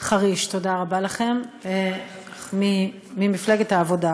חריש, תודה רבה לכם, ממפלגת העבודה.